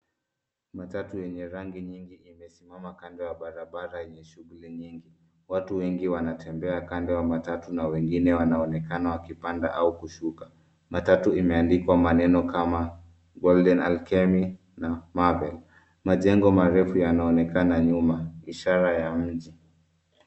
Matatu yenye rangi nyingi imesimama kando ya barabara yenye shughli nyingi. Watu wengi wanatembea kando ya matatu na wengine wanaonekana wakipanda au kushuka. Matatu imeandikwa maneno kama Golden alchemy na marvel . Majengo marefu yanaonekana nyuma ishara ya mji.